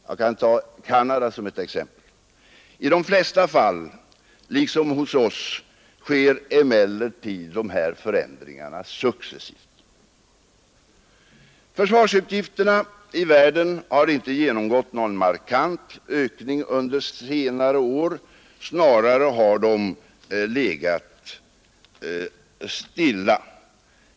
Jag kan ta Canada som ett exempel. I de flesta fall sker emellertid, liksom hos oss, de här förändringarna successivt. Försvarsutgifterna i världen har inte genomgått någon markant ökning under senare år. Snarare har de legat stilla.